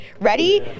ready